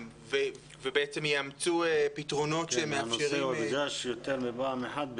ובעצם יאמצו פתרונות שמאפשרים- - הנושא הודגש יותר מפעם אחת.